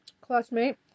classmate